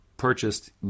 purchased